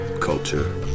Culture